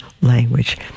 language